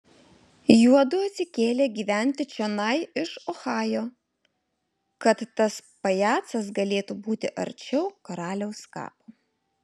juodu atsikėlė gyventi čionai iš ohajo kad tas pajacas galėtų būti arčiau karaliaus kapo